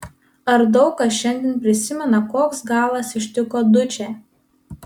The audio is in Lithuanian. ar daug kas šiandien prisimena koks galas ištiko dučę